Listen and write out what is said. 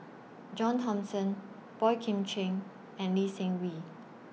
John Thomson Boey Kim Cheng and Lee Seng Wee